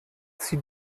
zieh